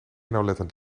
nauwlettend